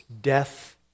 death